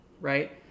right